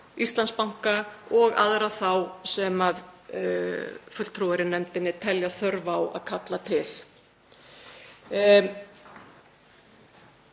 Íslandsbanka og aðra þá sem fulltrúar í nefndinni telja þörf á að kalla til.